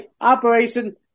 Operation